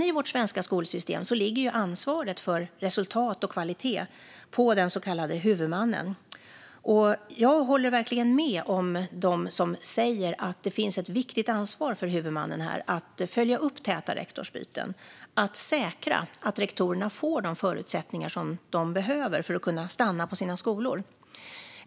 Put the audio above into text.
I vårt svenska skolsystem ligger dock ansvaret för resultat och kvalitet på den så kallade huvudmannen, och jag håller verkligen med dem som säger att det finns ett viktigt ansvar för huvudmannen att följa upp täta rektorsbyten och säkra att rektorerna får de förutsättningar som de behöver för att kunna stanna på sina skolor.